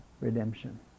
redemption